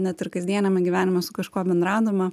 net ir kasdieniame gyvenime su kažkuo bendraudama